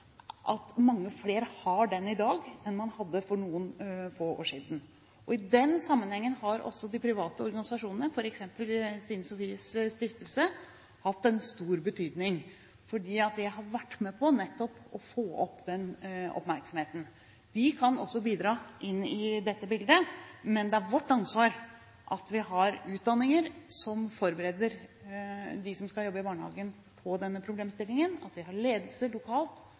i dag enn for noen år siden. I den sammenheng har også de private organisasjonene, f.eks. Stine Sofies Stiftelse, hatt en stor betydning, fordi det har vært med på nettopp å få opp oppmerksomheten. De kan også bidra inn i dette bildet. Men det er vårt ansvar at vi har utdanninger som forbereder dem som skal jobbe i barnehagen, på denne problemstillingen, at vi har ledelse lokalt